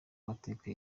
amateka